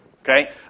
okay